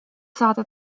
saada